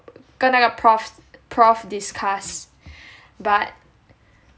跟那个 prof prof discuss but